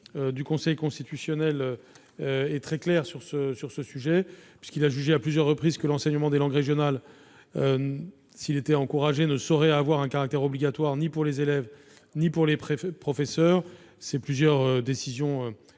du Conseil constitutionnel est très claire à cet égard, puisque celui-ci a jugé à plusieurs reprises que l'enseignement des langues régionales, s'il pouvait être encouragé, ne saurait avoir un caractère obligatoire ni pour les élèves ni pour les professeurs. Il y a eu plusieurs décisions en